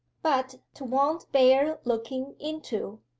but twont bear looking into.